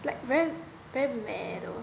like very very meh though